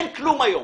אין כלום היום.